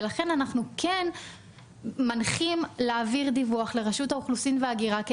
ולכן אנחנו מנחים להעביר דיווח לרשות האוכלוסין וההגירה,